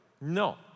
No